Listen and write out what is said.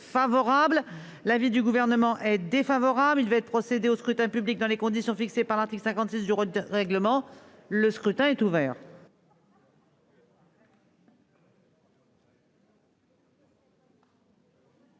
celui du Gouvernement est défavorable. Il va être procédé au scrutin dans les conditions fixées par l'article 56 du règlement. Le scrutin est ouvert.